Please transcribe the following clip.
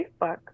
Facebook